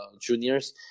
juniors